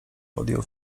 podjął